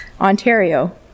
Ontario